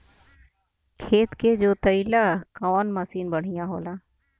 खेत के जोतईला कवन मसीन बढ़ियां होला?